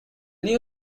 new